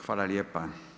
Hvala lijepa.